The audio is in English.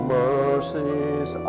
mercies